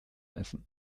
essen